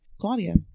Claudia